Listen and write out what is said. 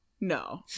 No